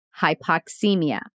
hypoxemia